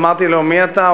אמרתי לו: מי אתה?